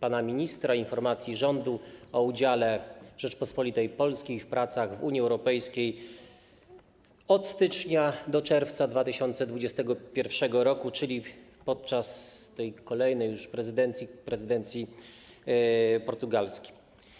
pana ministra, informacji rządu o udziale Rzeczypospolitej Polskiej w pracach w Unii Europejskiej od stycznia do czerwca 2021 r., czyli podczas kolejnej już prezydencji, prezydencji portugalskiej.